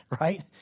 Right